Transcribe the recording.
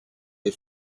des